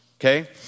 Okay